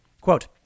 Quote